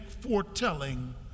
foretelling